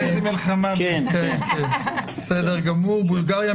אז בולגריה,